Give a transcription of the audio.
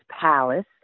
palace